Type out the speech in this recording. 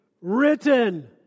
written